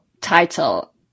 title